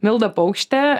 milda paukštė